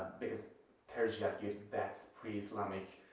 because persia gives that pre-islamic,